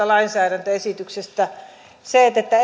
lainsäädäntöesitykseen että että